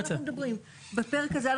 גם פה בכנסת ואנחנו מודעים אליו.